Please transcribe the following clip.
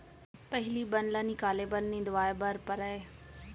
पहिली बन ल निकाले बर निंदवाए बर परय